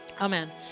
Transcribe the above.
Amen